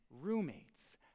roommates